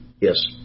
yes